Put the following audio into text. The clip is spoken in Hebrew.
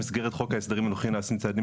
ואיפה מתחיל סתם הכיף לנסות להיות עשיר יותר גדול.